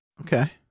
okay